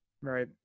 Right